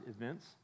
events